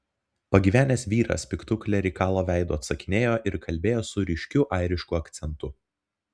pagyvenęs vyras piktu klerikalo veidu atsakinėjo ir kalbėjo su ryškiu airišku akcentu